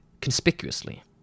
conspicuously